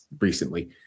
recently